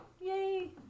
Yay